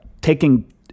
taking